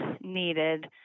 needed